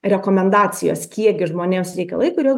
rekomendacijos kiek gi žmonėms reikia laiko ir jau